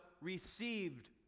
received